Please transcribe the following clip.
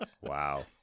wow